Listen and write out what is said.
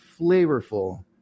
flavorful